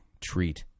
treat